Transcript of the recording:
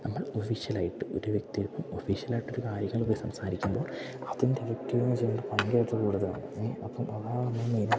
നമ്മൾ ഒഫിഷ്യലായിട്ട് ഒരു വ്യക്തിയോട് ഇപ്പം ഒഫിഷ്യലായിട്ടൊരു കാര്യം പോയി സംസാരിക്കുമ്പോൾ അതിൻ്റെ നെഗറ്റീവെന്ന് വെച്ചുകഴിഞ്ഞാല് ഭയങ്കരമായിട്ട് കൂടുതലാണ് അപ്പം അതാണ് മെയിനായിട്ടിപ്പം